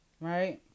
right